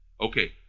Okay